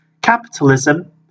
Capitalism